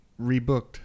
rebooked